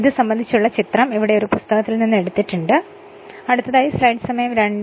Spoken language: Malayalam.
ഇതിനെ സംബന്ധിച്ചുള്ള ചിത്രം പുസ്തകത്തിൽ നിന്നും എടുത്തിട്ടുണ്ട്